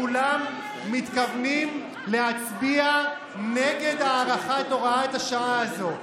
כולם מתכוונים להצביע נגד הארכת הוראת השעה הזאת.